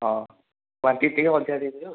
ହଁ କ୍ୱାଣ୍ଟିଟି ଟିକିଏ ଅଧିକ ଦେଇ ଦେବେ ଆଉ